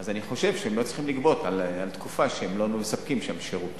אז אני חושב שהם לא צריכים לגבות על תקופה שהם לא מספקים שם שירות.